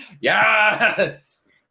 Yes